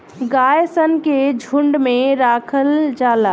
गाय सन के झुंड में राखल जाला